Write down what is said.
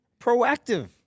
proactive